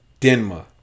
Denma